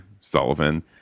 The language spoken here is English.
Sullivan